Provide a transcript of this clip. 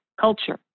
culture